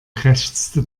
krächzte